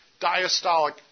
diastolic